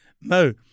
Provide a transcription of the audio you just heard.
No